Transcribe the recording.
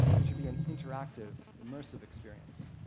it should be an interactive, immersive experience.